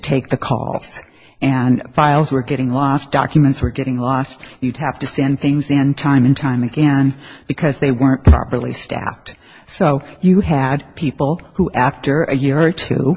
take the costs and files were getting lost documents were getting lost you'd have to send things in time and time again because they weren't properly staffed so you had people who after a year or two